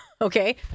Okay